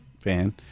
fan